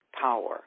power